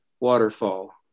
waterfall